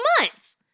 months